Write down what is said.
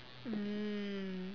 mm